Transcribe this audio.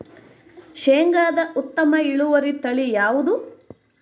ಶೇಂಗಾದ ಉತ್ತಮ ಇಳುವರಿ ತಳಿ ಯಾವುದು?